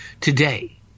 Today